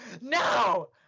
No